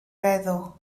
feddw